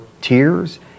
tears